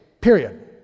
Period